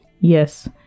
Yes